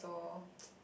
so